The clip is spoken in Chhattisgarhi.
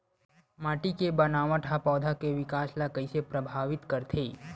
माटी के बनावट हा पौधा के विकास ला कइसे प्रभावित करथे?